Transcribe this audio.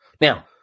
Now